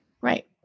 right